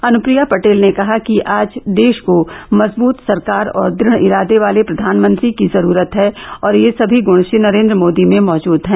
अनुप्रिया पटेल ने कहा कि आज देष को मजबूत सरकार और दुढ़ इरादे वाले प्रधानमंत्री की जरूरत है और यह सभी गुण श्री नरेन्द्र मोदी में मौजूद है